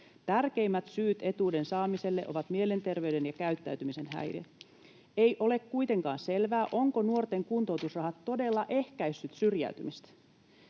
Tärkeimmät syyt etuuden saamiselle ovat mielenterveyden ja käyttäytymisen häiriöt. Ei ole kuitenkaan selvää, ovatko nuorten kuntoutusrahat todella ehkäisseet syrjäytymistä.